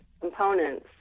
components